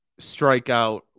strikeout